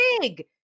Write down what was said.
big